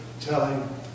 telling